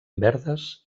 verdes